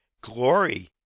Glory